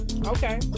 okay